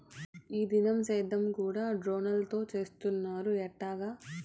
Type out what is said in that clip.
ఈ దినం సేద్యం కూడ డ్రోన్లతో చేస్తున్నారు ఎట్టాగా